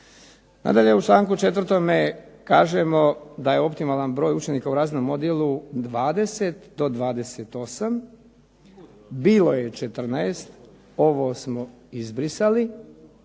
Nadalje, u članku 4. kažemo da je optimalan broj učenika u razrednom odjelu 20 do 28. Bilo je 14. Ovo smo izbrisali.